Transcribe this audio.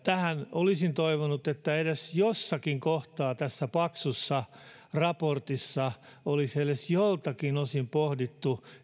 olisin toivonut että edes jossakin kohtaa tässä paksussa raportissa olisi edes joltakin osin pohdittu